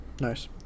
Nice